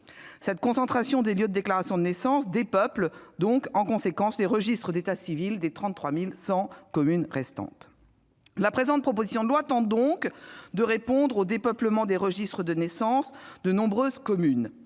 Cette concentration des lieux de déclaration des naissances aboutit au dépeuplement des registres d'état civil des 33 100 communes restantes. La présente proposition de loi tend donc à remédier au dépeuplement des registres des naissances de nombreuses communes.